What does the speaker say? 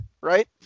Right